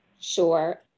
Sure